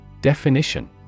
Definition